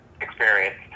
experience